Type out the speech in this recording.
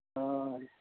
ᱦᱳᱭ